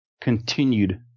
continued